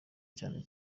cyane